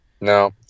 No